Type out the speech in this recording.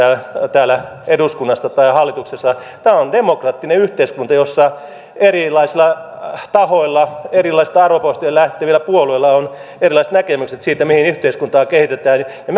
täällä eduskunnassa tai hallituksessa tämä on demokraattinen yhteiskunta jossa erilaisilla tahoilla erilaisista arvopohjista lähtevillä puolueilla on erilaiset näkemykset siitä mihin yhteiskuntaa kehitetään ja